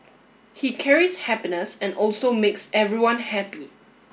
he carries happiness and also makes everyone happy